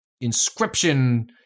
Inscription